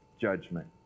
judgment